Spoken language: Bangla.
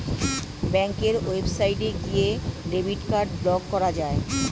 ব্যাঙ্কের ওয়েবসাইটে গিয়ে ডেবিট কার্ড ব্লক করা যায়